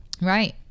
right